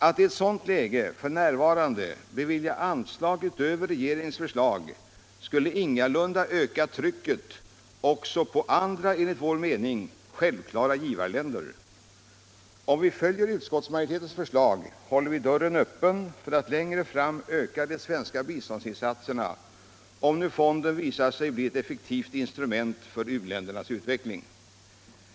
Att i eu sådant läge f. n. bevilja anstag utöver regeringens förslag skulle ingalunda öka trycket också på andra — enligt vår mening självklara — givarländer. Om riksdagen följer utskottsmajoritetens förslag håller vi dörren öppen för att längre fram öka de svenska biståndsinsatserna om fonden visar sig bli ett effektivt instrument för u-ländernas utveckling.